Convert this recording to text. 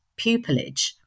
pupillage